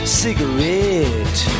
cigarette